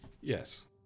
Yes